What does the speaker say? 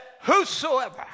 whosoever